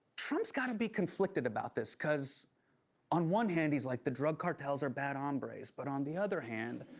trump's got to be conflicted about this cause on one hand, he's like, the drug cartels are bad hombres, but on the other hand,